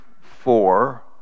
four